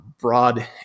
broad